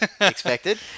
expected